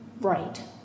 right